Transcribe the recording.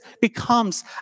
becomes